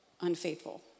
unfaithful